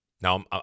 Now